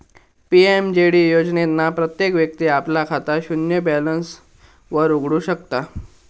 PMJD योजनेतना प्रत्येक व्यक्ती आपला खाता शून्य बॅलेंस वर उघडु शकता